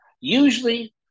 usually